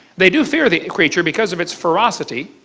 they do fear the creature because of its ferocity,